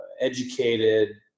educated